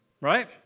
right